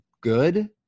good